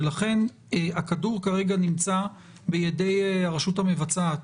ולכן, הכדור כרגע נמצא בידי הרשות המבצעת,